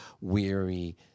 weary